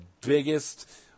biggest